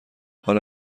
حالا